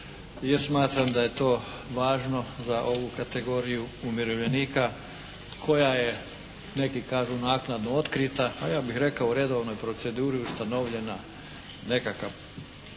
jer smatram da je to važno za ovu kategoriju umirovljenika koja je, neki kažu naknadno otkrita, a ja bih rekao u redovnoj proceduri ustanovljena nekakva